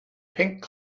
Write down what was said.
pink